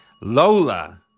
Lola